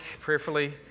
prayerfully